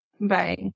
Bye